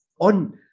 on